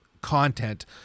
content